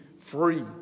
free